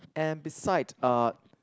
and beside uh